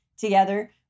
together